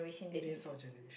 it is our generation